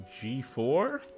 G4